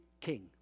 king